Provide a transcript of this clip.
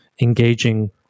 engaging